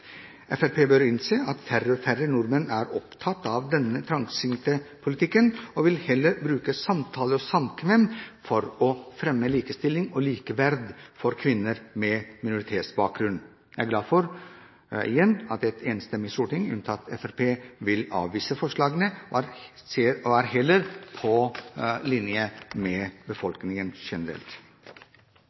Fremskrittspartiet bør innse at færre og færre nordmenn er opptatt av denne trangsynte politikken og heller vil bruke samtale og samkvem for å fremme likestilling og likeverd for kvinner med minoritetsbakgrunn. Jeg er glad for at et enstemmig storting, alle unntatt Fremskrittspartiet, vil avvise forslagene – og her er på linje med befolkningen generelt.